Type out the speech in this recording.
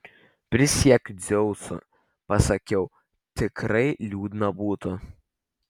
prisiekiu dzeusu pasakiau tikrai liūdna būtų